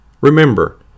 Remember